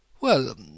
Well